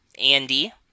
Andy